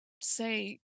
say